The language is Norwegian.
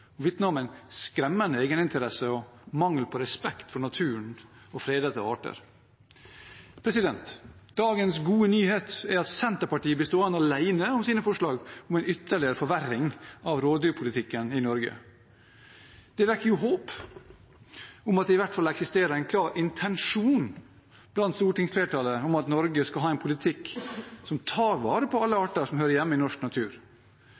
og vitner om en skremmende holdning til egeninteresse og mangel på respekt for naturen og fredede arter. Dagens gode nyhet er at Senterpartiet blir stående alene om sine forslag om en ytterligere forverring av rovdyrpolitikken i Norge. Det vekker jo håp om at det i hvert fall eksisterer en klar intensjon i stortingsflertallet om at Norge skal ha en politikk som tar vare på alle arter som hører hjemme i norsk natur.